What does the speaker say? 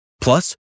Plus